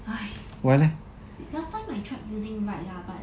!hais! last time I tried using ride lah but